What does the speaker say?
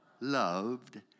loved